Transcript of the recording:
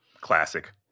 Classic